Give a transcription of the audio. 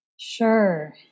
Sure